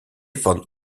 van